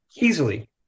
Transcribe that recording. Easily